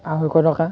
আঢ়ৈশ টকা